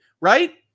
Right